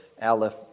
Aleph